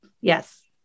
Yes